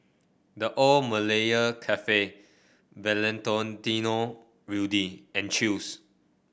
The Old Malaya Cafe Rudy and Chew's